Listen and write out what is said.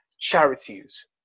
charities